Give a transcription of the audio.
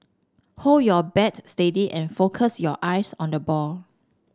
hold your bat steady and focus your eyes on the ball